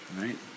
right